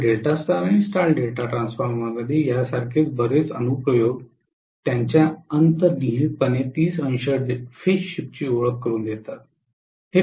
तर delta star आणि star delta transformers यासारखे बरेच अनुप्रयोग त्यांच्या अंतर्निहितपणे 300 फेज शिफ्टची ओळख करुन देतात